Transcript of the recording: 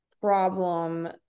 problem